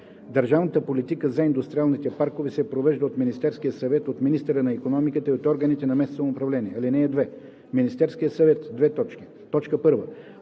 Държавната политика за индустриалните паркове се провежда от Министерския съвет, от министъра на икономиката и от органите на местното самоуправление. (2) Министерският съвет: 1. по